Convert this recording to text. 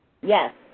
Yes